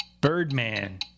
Birdman